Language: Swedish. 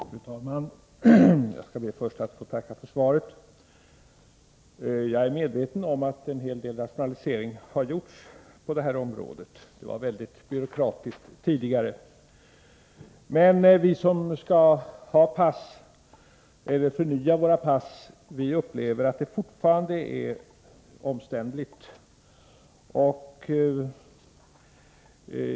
Fru talman! Jag skall först be att få tacka för svaret. Jag är medveten om att en hel del rationaliseringar har gjorts på detta område. Det var tidigare mycket byråkratiskt. Men vi som skall få eller förnya våra pass upplever att det fortfarande är omständligt.